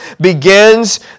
begins